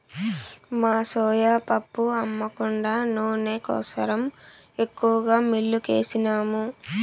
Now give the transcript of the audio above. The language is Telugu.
మా సోయా పప్పు అమ్మ కుండా నూనె కోసరం ఎక్కువగా మిల్లుకేసినాము